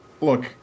look